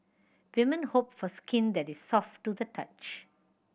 women hope for skin that is soft to the touch